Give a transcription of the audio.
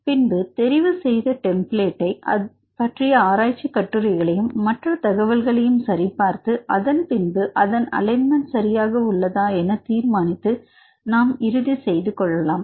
பின்பு தெரிவு செய்த டெம்ப்ளேட்டை பற்றிய ஆராய்ச்சிக் கட்டுரைகளையும் மற்ற தகவல்களையும் சரிபார்த்துக் அதன் பின்பு அதன் அலைன்மென்ட் சரியாக உள்ளதா என தீர்மானித்து நாம் இறுதி செய்து கொள்ளலாம்